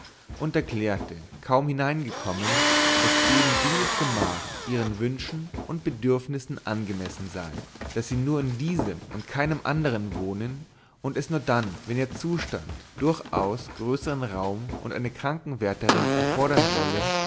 und erklärte kaum hineingekommen daß eben dieses gemach ihren wünschen und bedürfnissen angemessen sei daß sie nur in diesem und keinem andern wohnen und es nur dann wenn ihr zustand durchaus größeren raum und eine krankenwärterin erfordern solle